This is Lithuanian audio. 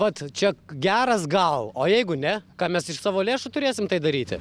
ot čia geras gal o jeigu ne ką mes iš savo lėšų turėsim tai daryti